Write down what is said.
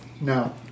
No